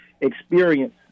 experience